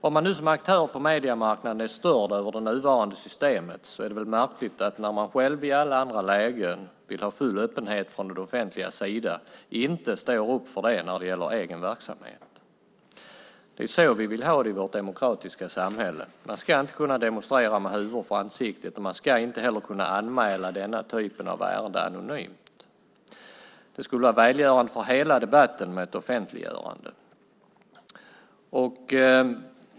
Om man nu som aktör på mediemarknaden är störd över det nuvarande systemet är det märkligt att när man själv i alla andra lägen vill ha full öppenhet från det offentligas sida inte står upp för det när det gäller egen verksamhet. Det är så vi vill ha det i vårt demokratiska samhälle. Man ska inte kunna demonstrera med huvor för ansiktet, och man ska inte heller kunna anmäla den typen av ärenden anonymt. Det skulle vara välgörande för hela debatten med ett offentliggörande.